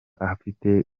ahafite